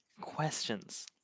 Questions